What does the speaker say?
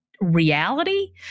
reality